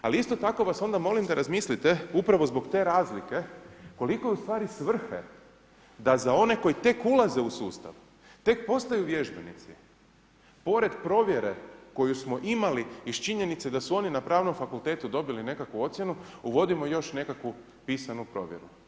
Ali isto tako vas onda molim da razmislite upravo zbog te razlike, koliko je ustvari svrha da za one koji tek ulaze u sustav, tek postaju vježbenici, pored provjere koju smo imali iz činjenice da su oni na pravnom fakultetu dobili nekakvu ocjenu uvodimo još nekakvu pisanu provjeru.